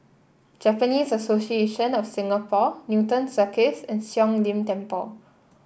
Japanese Association of Singapore Newton Circus and Siong Lim Temple